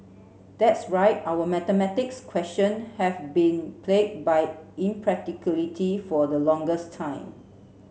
that's right our mathematics question have been plagued by impracticality for the longest time